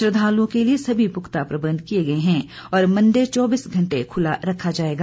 श्रद्धालुओं के लिए सभी पुख्ता प्रबंध किए गए हैं और मंदिर चौबीस घंटे खुला रखा जाएगा